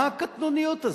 מה הקטנוניות הזאת?